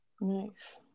Nice